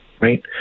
right